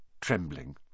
trembling